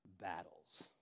battles